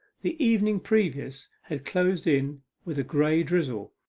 the evening previous had closed in with a grey drizzle,